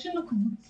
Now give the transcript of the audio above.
יש לנו קבוצות.